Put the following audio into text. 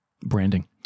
Branding